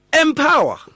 Empower